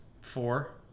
Four